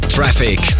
Traffic